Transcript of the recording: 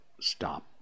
stop